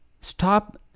stop